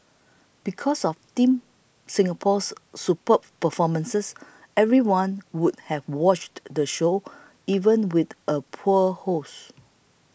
because of Team Singapore's superb performances everyone would have watched the show even with a poor host